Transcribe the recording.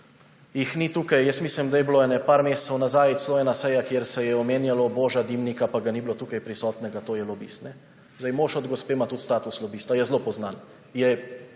jih ni tukaj, jaz mislim, da je bila nekaj mesecev nazaj celo ena seja, kjer se je omenjalo Boža Dimnika, pa ni bil tukaj prisoten, to je lobist. Mož gospe ima tudi status lobista. Je zelo poznan.